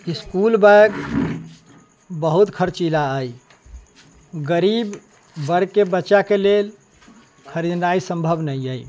school bag बहुत खर्चीला अइ गरीब वर्गके बच्चाके लेल खरीदनाइ सम्भव नहि अइ